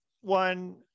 one